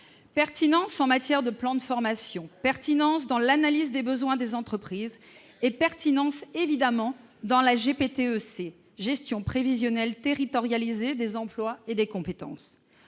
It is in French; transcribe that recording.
pertinence en matière de plan de formation, pertinence dans l'analyse des besoins des entreprises et pertinence, évidemment, dans la GPTEC, gestion prévisionnelle territorialisée des emplois et des compétences.